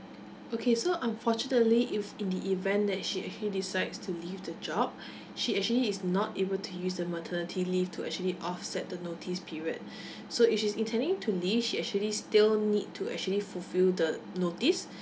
okay so unfortunately if in the event that she actually decides to leave the job she actually is not able to use the maternity leave to actually offset the notice period so if she's intending to leave she actually still need to actually fulfill the notice